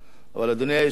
אבל אדוני היושב-ראש,